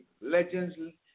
Legends